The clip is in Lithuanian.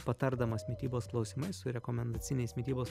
patardamas mitybos klausimais su rekomendaciniais mitybos